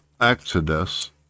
Exodus